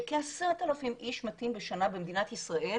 שכ-10,000 איש מתים בשנה במדינת ישראל